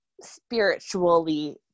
spiritually